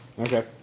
Okay